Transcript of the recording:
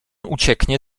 ucieknie